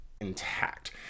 intact